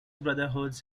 brotherhoods